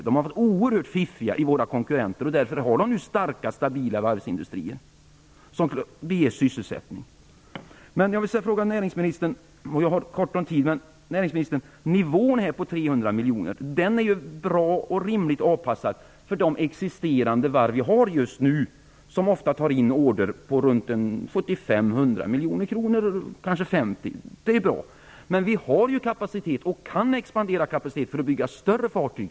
De har varit oerhört fiffiga i våra konkurrentländer, och därför har de starka stabila varvsindustrier som ger sysselsättning. Jag har ont om tid men jag vill fråga näringsministern följande: Nivån, 300 miljoner, är bra och rimligt avpassad för de existerande varven som ofta tar in order på 75-100 miljoner kronor, eller kanske 50 miljoner kronor. Det är bra. Men vi har ju kapacitet och kan expandera för att bygga större fartyg.